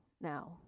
Now